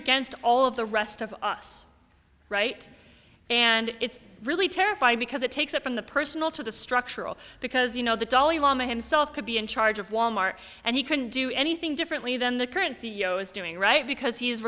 against all of the rest of us right and it's really terrifying because it takes it from the personal to the structural because you know the dalai lama himself could be in charge of wal mart and he can do anything differently than the current c e o is doing right because he is